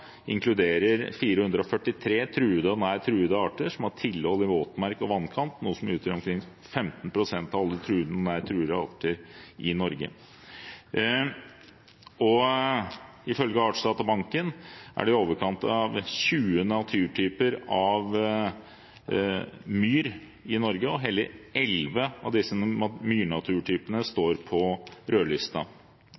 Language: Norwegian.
inkluderer 443 truede og nær truede arter som har tilhold i våtmark og vannkant, noe som utgjør omkring 15 pst. av alle truede og nær truede arter i Norge. Ifølge Artsdatabanken er det i overkant av 20 naturtyper myr i Norge, og hele 11 av disse myrnaturtypene står på rødlista.